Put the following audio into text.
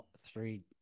three